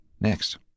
Next